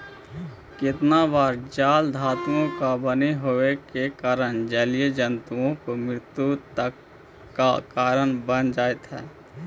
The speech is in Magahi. केतना बार जाल धातुओं का बने होवे के कारण जलीय जन्तुओं की मृत्यु तक का कारण बन जा हई